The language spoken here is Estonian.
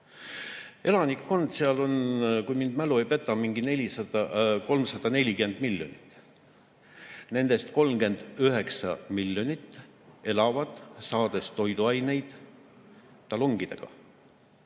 Elanikkond seal on, kui mu mälu ei peta, mingi 340 miljonit. Nendest 39 miljonit elab, saades toiduaineid talongidega.